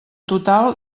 total